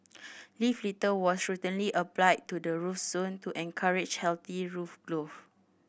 leaf litter was routinely applied to the root zone to encourage healthy root growth